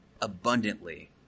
abundantly